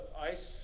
ice